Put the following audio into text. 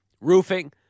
Roofing